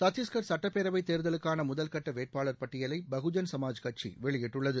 சத்தீஸ்கர் சட்டப்பேரவை தேர்தலுக்கான முதல் கட்ட வேட்பாளர் பட்டியலை பகுஜன் சமாஜ் கட்சி வெளியிட்டுள்ளது